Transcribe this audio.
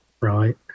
right